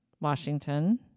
Washington